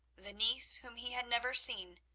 the niece whom he had never seen,